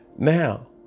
Now